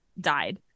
died